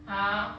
!huh!